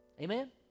Amen